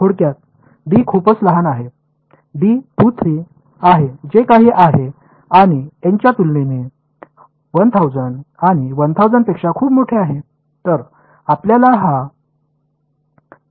थोडक्यात डी खूपच लहान आहे डी 2 3 आहे जे काही आहे आणि एन च्या तुलनेने 1000 आणि 1000 पेक्षा खूप मोठे आहे